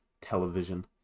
television